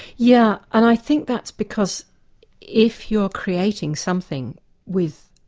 yeah and i think that's because if you're creating something with